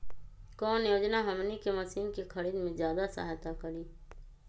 कौन योजना हमनी के मशीन के खरीद में ज्यादा सहायता करी?